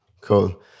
Cool